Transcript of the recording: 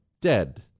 dead